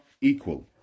equal